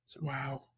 Wow